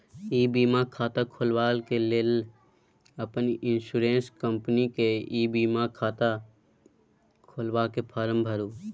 इ बीमा खाता खोलबाक लेल अपन इन्स्योरेन्स कंपनीक ई बीमा खाता खोलबाक फार्म भरु